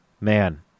man